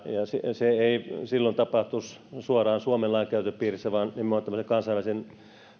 se ei silloin tapahtuisi suoraan suomen lainkäytön piirissä vaan nimenomaan tämmöisen kansainvälisen